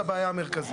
זאת הבעיה המרכזית.